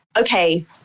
okay